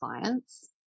clients